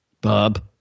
bob